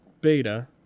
beta